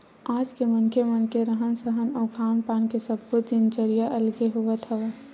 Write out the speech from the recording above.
आज के मनखे मन के रहन सहन अउ खान पान के सब्बो दिनचरया अलगे होवत हवय